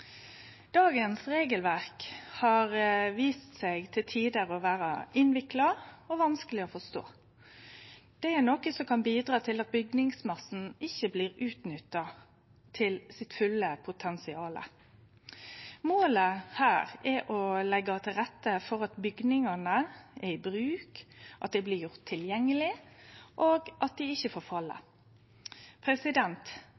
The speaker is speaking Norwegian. Dagens regelverk har vist seg til tider å vere innvikla og vanskeleg å forstå. Det er noko som kan bidra til at bygningsmassen ikkje blir utnytta i sitt fulle potensial. Målet her er å leggje til rette for at bygningane er i bruk, at dei blir gjorde tilgjengelege, og at dei ikkje